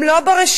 הם לא ברשימות,